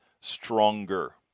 stronger